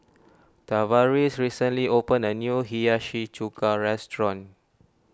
Tavaris recently opened a new Hiyashi Chuka restaurant